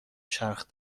چرخ